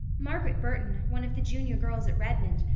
margaret burton, one of the junior girls at redmond,